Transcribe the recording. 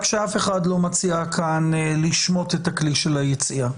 רק שאף אחד לא מציע כאן לשמוט את הכלי של היציאה.